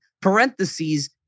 parentheses